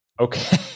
okay